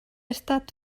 estat